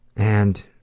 and